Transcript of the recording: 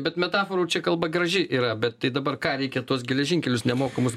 bet metaforų čia kalba graži yra bet tai dabar ką reikia tuos geležinkelius nemokamus